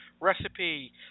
recipe